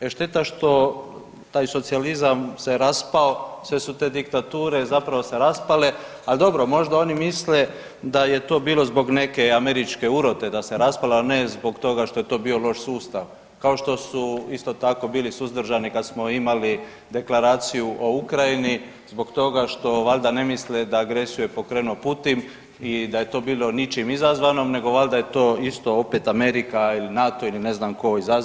E šteta što taj socijalizam se raspao, sve su te diktature zapravo se raspale, a dobro možda oni misle da je to bilo zbog neke američke urote da se raspalo, a ne zbog toga što je to bio loš sustav, kao što su isto tako bili suzdržani kad smo imali Deklaraciju o Ukrajini zbog toga što valjda ne misle da agresiju je pokrenuo Putin i da je to bilo ničim izazvano nego valjda je to isto opet Amerika ili NATO ili ne znam ko izazvao, a ne agresor.